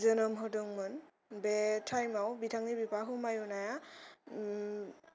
जोनोम होदोंमोन बे टाइमाव बिथांनि बिफा हुमायुना